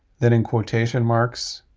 then in quotation marks,